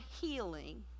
healing